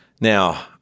Now